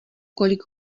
kolik